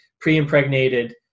pre-impregnated